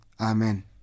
Amen